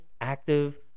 active